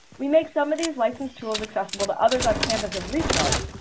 we make some of these license tools accessible to others on campus as recharge,